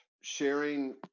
sharing